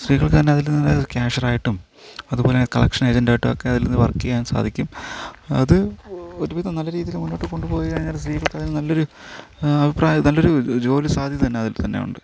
സ്ത്രീകൾക്കു തന്നെ അതിൽനിന്നു തന്നെ ക്യാഷിയറായിട്ടും അതുപോലെന്നെ കളക്ഷൻ എജൻറ്റായിട്ടുമൊക്കെ അതിൽ നിന്ന് വർക്കെയ്യാൻ സാധിക്കും അത് ഒരു വിധം നല്ല രീതിയിൽ മുന്നോട്ട് കൊണ്ടുപോയിക്കഴിഞ്ഞാൽ സ്ത്രീകൾക്ക് അതിൽ നല്ലൊരു അഭിപ്രായം നല്ലൊരു ജോ ജോലി സാധ്യത തന്നെ അതിൽ തന്നെ ഉണ്ട്